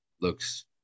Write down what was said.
looks